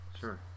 Sure